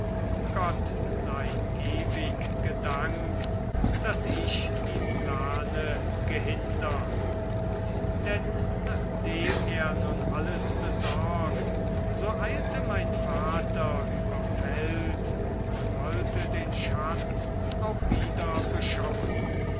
gott sei ewig gedankt daß ich die plane gehindert denn nachdem er nun alles besorgt so eilte mein vater über feld und wollte den schatz auch wieder beschauen